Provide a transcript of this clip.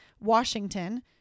Washington